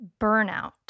burnout